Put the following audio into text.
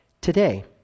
today